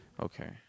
Okay